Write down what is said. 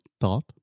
Thought